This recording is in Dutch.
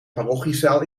parochiezaal